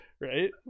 right